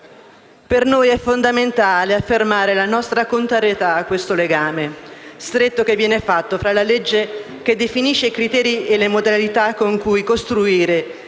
Per noi è fondamentale affermare la nostra contrarietà al legame stretto che viene istituito tra la legge che definisce i criteri e le modalità con cui costruire il disegno